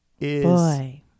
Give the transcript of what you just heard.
Boy